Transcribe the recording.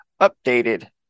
updated